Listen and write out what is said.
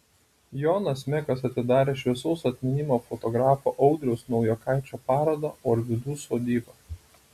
jonas mekas atidarė šviesaus atminimo fotografo audriaus naujokaičio parodą orvidų sodyba